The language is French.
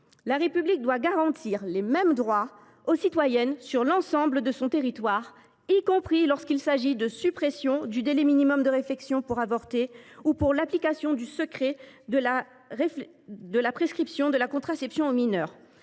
La République doit garantir les mêmes droits aux citoyennes sur l’ensemble de son territoire, y compris lorsqu’il s’agit de la suppression du délai minimum de réflexion pour avorter ou de l’application du secret de la prescription de la contraception aux mineures.